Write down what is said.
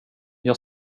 jag